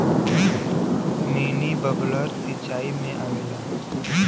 mini bubbler सिचाई में आवेला